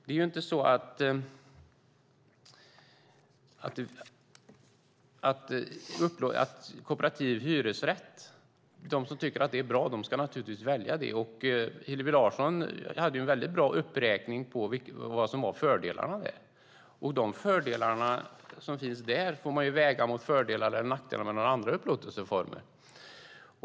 De som tycker att kooperativ hyresrätt är bra ska naturligtvis välja det. Hillevi Larsson gjorde en bra uppräkning av fördelarna. De fördelar som finns där får man väga mot fördelar eller nackdelar med andra upplåtelseformer.